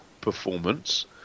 performance